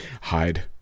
hide